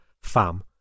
FAM